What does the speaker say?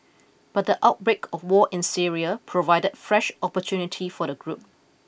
but the outbreak of war in Syria provided fresh opportunity for the group